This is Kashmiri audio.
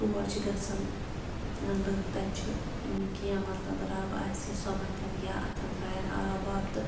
تور چھِ گژھان لٕکھ تَتہِ چھِ کیٚنٛہہ مطلب رَب آسہِ یہِ سۄ متھَن یا اَتھَن ترٛاوَن آب واب تہٕ